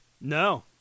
No